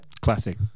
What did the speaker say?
Classic